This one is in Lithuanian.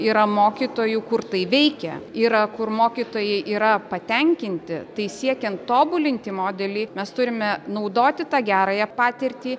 yra mokytojų kur tai veikia yra kur mokytojai yra patenkinti tai siekiant tobulinti modelį mes turime naudoti tą gerąją patirtį